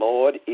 Lord